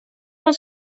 non